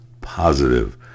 positive